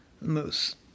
moose